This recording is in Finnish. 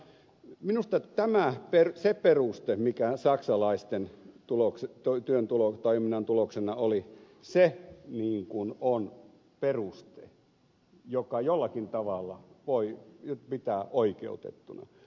minusta se peruste mikä saksalaisten toiminnan tuloksena oli on peruste jota jollakin tavalla voi pitää oikeutettuna